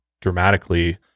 dramatically